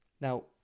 Now